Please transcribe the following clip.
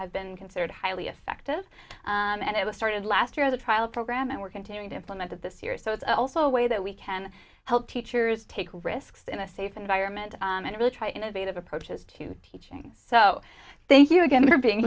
has been considered highly effective and it was started last year the trial program and we're continuing to implement that this year so it's also a way that we can help teachers take risks in a safe environment and really try innovative approaches to teaching so thank you again for being